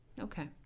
Okay